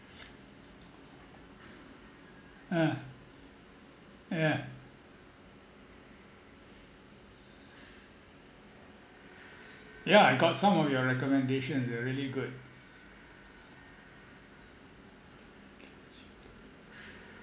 uh yeah yeah I got some of your recommendations they are really good